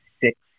six